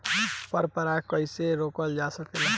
पर परागन कइसे रोकल जा सकेला?